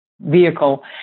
vehicle